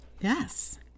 Yes